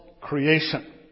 creation